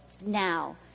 Now